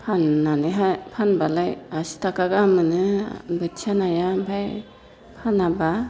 फाननानैहाय फानब्लाय आसि थाखा गाहाम मोनो बोथिया नाया ओमफाय फानाब्ला